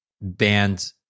banned